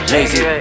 Lazy